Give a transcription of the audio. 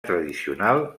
tradicional